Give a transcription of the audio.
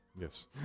Yes